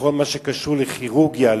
בכל מה שקשור לכירורגיה,